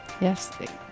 Yes